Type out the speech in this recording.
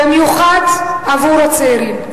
במיוחד עבור הצעירים.